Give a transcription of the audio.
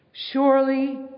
Surely